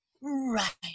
Right